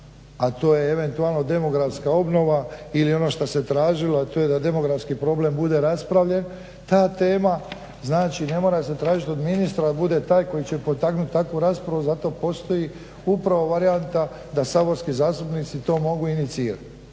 a to je eventualno demografska obnova ili ono što se tražilo a to je da demografski problem bude raspravljen ta tema znači ne mora se tražiti od ministra da bude taj koji će potaknuti takvu raspravu. Zato postoji upravo varijanta da saborski zastupnici to mogu inicirati.